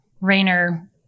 Rayner